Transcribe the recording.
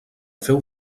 féu